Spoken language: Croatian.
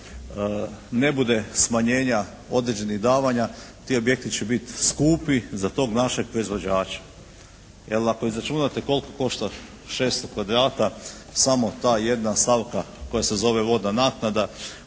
ne bude smanjenja određenih davanja ti objekti će biti skupi za tog našeg proizvođača. Jer ako izračunate koliko košta 600 kvadrata, samo ta jedna stavka koja se zove vodna naknada